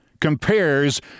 compares